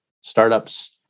startups